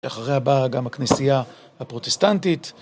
אחריה באה גם הכנסייה הפרוטסטנטית.